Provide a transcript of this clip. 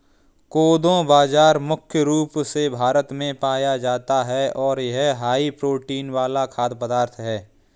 कोदो बाजरा मुख्य रूप से भारत में पाया जाता है और यह हाई प्रोटीन वाला खाद्य पदार्थ है